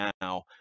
now